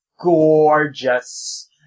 gorgeous